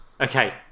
Okay